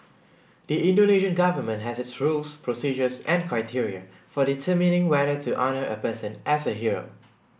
the Indonesian government has its rules procedures and criteria for determining whether to honour a person as a hero